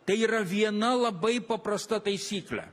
tai yra viena labai paprasta taisyklė